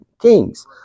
Kings